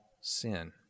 sin